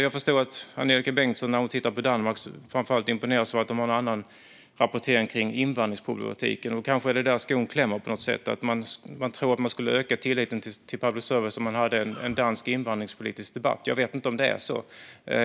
Jag förstår att när Angelika Bengtsson tittar på Danmark imponeras hon framför allt av att de har en annan rapportering om invandringsproblematiken. Kanske är det där skon klämmer. Man tror att tilliten till public service skulle öka om man hade en dansk invandringspolitisk debatt. Jag vet inte om det är så.